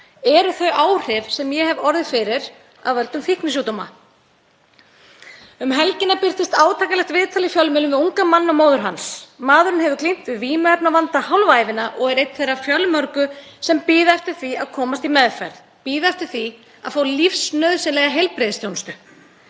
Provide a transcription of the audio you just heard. eru þau áhrif sem ég hef orðið fyrir af völdum fíknisjúkdóma. Um helgina birtist átakanlegt viðtal í fjölmiðlum við ungan mann og móður hans. Maðurinn hefur glímt við vímuefnavanda hálfa ævina og er einn þeirra fjölmörgu sem bíða eftir því að komast í meðferð, bíða eftir því að fá lífsnauðsynlega heilbrigðisþjónustu.